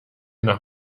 nach